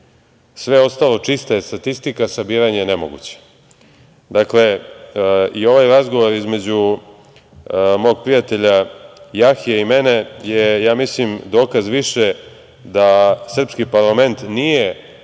Sve ostalo čista je statistika, sabiranje je nemoguće. Dakle, ovaj razgovor između mog prijatelja Jahje i mene je dokaz više da srpski parlament nije